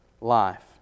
life